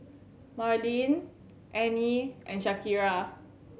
Marleen Anie and Shakira